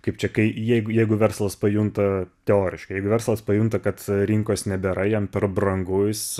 kaip čekai jeigu jeigu verslas pajunta teoriškai jeigu verslas pajunta kad rinkos nebėra jam per brangus